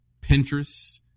Pinterest